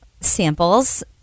samples